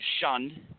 shunned